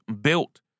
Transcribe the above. built